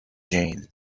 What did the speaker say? jane